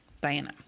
Diana